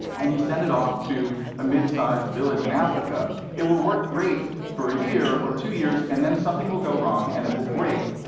and you send it off to a midsized village in africa, it will work great for a year or two years, and then something will go wrong and it will break,